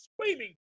screaming